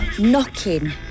Knocking